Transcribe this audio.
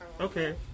Okay